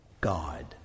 God